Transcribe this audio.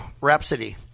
Rhapsody